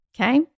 Okay